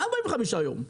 מה 45 ימים?